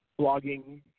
blogging